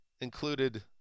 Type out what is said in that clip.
included